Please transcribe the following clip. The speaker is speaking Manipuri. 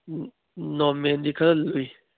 ꯅꯣꯔꯃꯦꯜꯗꯤ ꯈꯔ ꯂꯨꯏ